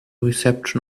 reception